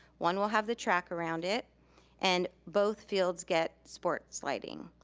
one will have the track around it and both fields get sports lighting.